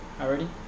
already